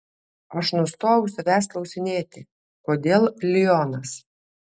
aš nustojau savęs klausinėti kodėl lionas